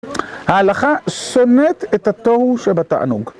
ההלכה שונאת את התוהו שבתענוג.